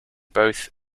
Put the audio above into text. both